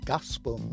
Gospel